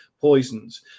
poisons